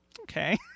okay